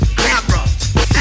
camera